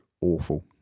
awful